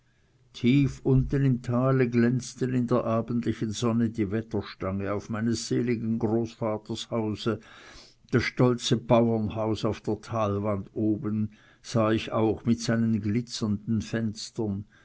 tief unten im tale glänzte in der abendlichen sonne die wetterstange auf meines seligen großvaters hause ich sah das stolze bauernhaus auf der talwand oben mit seinen glitzernden fenstern